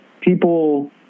people